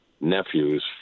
nephews